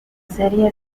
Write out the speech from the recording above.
serie